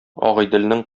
агыйделнең